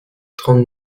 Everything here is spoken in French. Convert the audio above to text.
trente